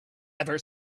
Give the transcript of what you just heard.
ever